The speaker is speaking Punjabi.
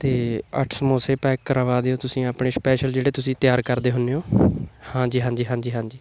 ਅਤੇ ਅੱਠ ਸਮੋਸੇ ਪੈਕ ਕਰਵਾ ਦਿਓ ਤੁਸੀਂ ਆਪਣੇ ਸਪੈਸ਼ਲ ਜਿਹੜੇ ਤੁਸੀਂ ਤਿਆਰ ਕਰਦੇ ਹੁੰਦੇ ਓਂ ਹਾਂਜੀ ਹਾਂਜੀ ਹਾਂਜੀ ਹਾਂਜੀ